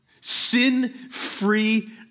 sin-free